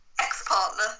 ex-partner